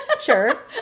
Sure